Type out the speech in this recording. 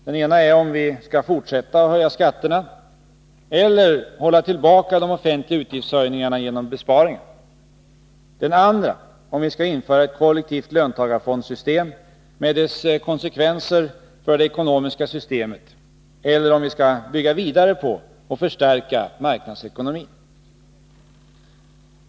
Den ena är om vi skall fortsätta höja skatterna eller hålla tillbaka de offentliga utgiftsökningarna genom besparingar, den andra är om vi skall införa ett kollektivt löntagarfondssystem med dess konsekvenser för det ekonomiska systemet eller om vi skall bygga vidare på och förstärka marknadsekonomin.